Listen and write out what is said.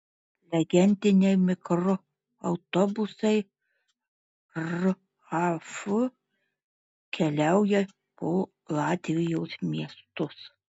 legendiniai mikroautobusai raf keliauja po latvijos miestus